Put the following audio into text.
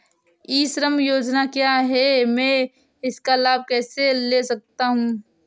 ई श्रम योजना क्या है मैं इसका लाभ कैसे ले सकता हूँ?